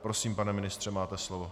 Prosím, pane ministře, máte slovo.